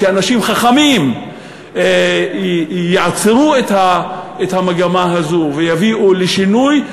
שאנשים חכמים יעצרו את המגמה הזו ויביאו לשינוי,